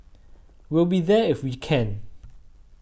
we'll be there if we can